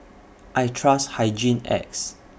I Trust Hygin X